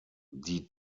die